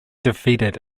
defeated